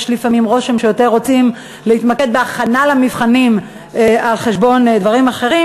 יש לפעמים רושם שרוצים להתמקד יותר בהכנה למבחנים על חשבון דברים אחרים.